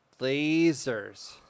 Lasers